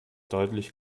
deutlich